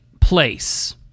place